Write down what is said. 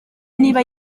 niba